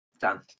Done